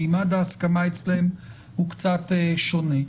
מימד ההסכמה אצלם הוא קצת שונה,